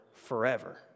forever